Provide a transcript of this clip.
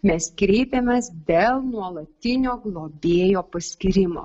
mes kreipėmės dėl nuolatinio globėjo paskyrimo